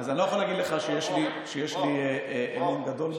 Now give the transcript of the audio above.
אז אני לא יכול להגיד לך שיש לי אמון גדול בו.